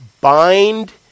bind